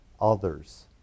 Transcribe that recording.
others